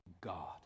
god